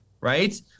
right